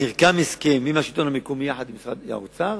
נרקם הסכם בין השלטון המקומי ומשרד האוצר,